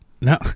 No